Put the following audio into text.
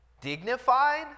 dignified